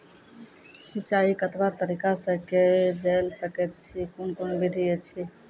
सिंचाई कतवा तरीका सअ के जेल सकैत छी, कून कून विधि ऐछि?